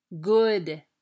good